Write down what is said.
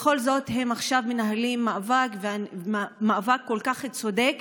בכל זאת, הם מנהלים עכשיו מאבק, מאבק כל כך צודק,